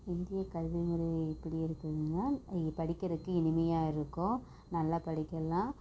இந்திய கல்வி முறை எப்படி இருக்குதுன்னா இங்கே படிக்கிறதுக்கு இனிமையாக இருக்கும் நல்லா படிக்கலாம்